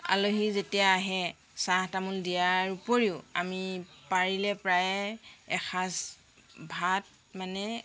আলহী যেতিয়া আহে চাহ তামোল দিয়াৰ উপৰিও আমি পাৰিলে প্ৰায় এসাঁজ ভাত মানে